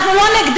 אנחנו לא נגדה,